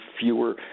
fewer